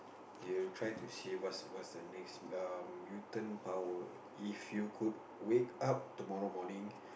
you try to see what's what's the next err mutant power if you could wake up tomorrow morning